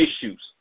issues